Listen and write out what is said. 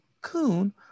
coon